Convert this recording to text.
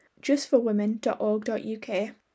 justforwomen.org.uk